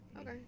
okay